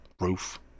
roof